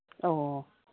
ꯑꯧ ꯑꯧ